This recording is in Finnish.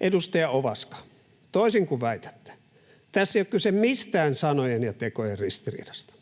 Edustaja Ovaska, toisin kuin väitätte, tässä ei ole kyse mistään sanojen ja tekojen ristiriidasta.